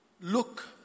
look